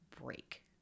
break